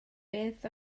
beth